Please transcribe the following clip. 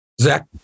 Zach